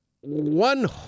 one